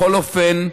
בכל אופן,